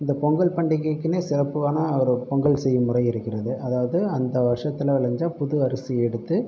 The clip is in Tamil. இந்த பொங்கல் பண்டிகைக்கெனே சிறப்பான ஒரு பொங்கல் செய்யும் முறை இருக்கிறது அதாவது அந்த வருஷத்தில் விளைஞ்ச புது அரிசியை எடுத்து